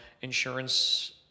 insurance